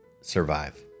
Survive